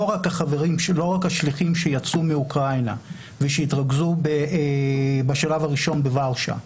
לא רק השליחים שיצאו מאוקראינה והתרכזו בשלב הראשון בוורשה,